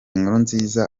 nkurunziza